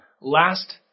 last